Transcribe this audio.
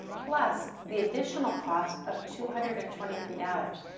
plus the additional cost of two hundred and twenty three dollars.